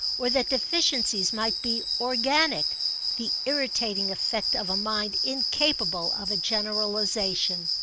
or that deficiencies might be organic the irritating effect of a mind incapable of a generalisation.